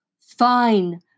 Fine